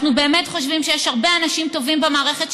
אנחנו באמת חושבים שיש הרבה אנשים טובים במערכת,